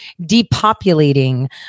depopulating